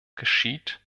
geschieht